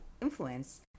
influence